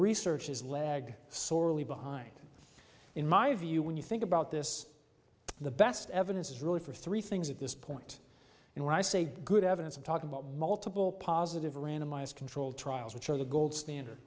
research is leg sorely behind in my view when you think about this the best evidence is really for three things at this point in rice a good evidence of talk about multiple positive randomized controlled trials which are the gold standard